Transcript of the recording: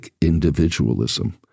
individualism